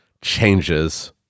changes